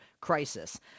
Crisis